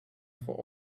for